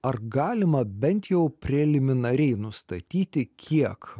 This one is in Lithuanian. ar galima bent jau preliminariai nustatyti kiek